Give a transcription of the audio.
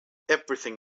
everything